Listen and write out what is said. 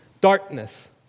darkness